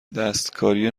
دستکاری